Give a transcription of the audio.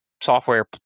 software